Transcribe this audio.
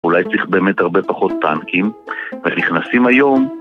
אולי צריך באמת הרבה פחות טנקים. אז נכנסים היום